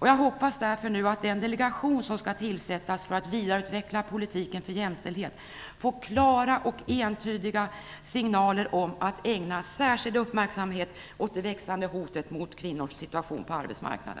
Jag hoppas därför att den delegation som skall tillsättas för att vidareutveckla politiken för jämställdhet får klara och entydiga signaler om att ägna särskild uppmärksamhet åt det växande hotet mot kvinnors situation på arbetsmarknaden.